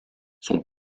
son